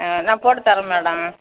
ஆ நான் போட்டு தரேன் மேடம்